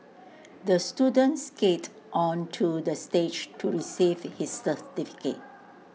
the student skated onto the stage to receive his certificate